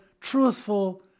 truthful